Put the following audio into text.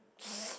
or like